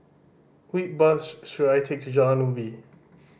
which bus should I take to Jalan Ubi